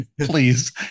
please